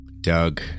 Doug